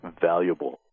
valuable